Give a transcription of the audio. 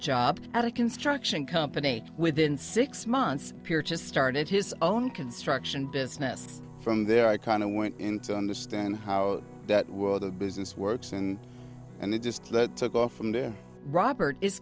job at a construction company within six months just started his own construction business from there i kind of went into understand how that world of business works and and it just that took off from there robert is